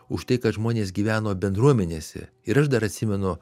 už tai kad žmonės gyveno bendruomenėse ir aš dar atsimenu